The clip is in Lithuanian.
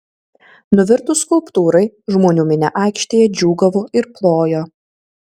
nuvirtus skulptūrai žmonių minia aikštėje džiūgavo ir plojo